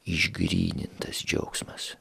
išgrynintas džiaugsmas